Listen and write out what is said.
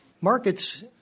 Markets